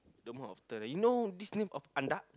number of turn you know this name of Andak